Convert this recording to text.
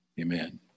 Amen